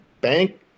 bank